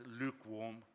lukewarm